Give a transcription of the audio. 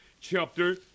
chapter